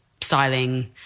styling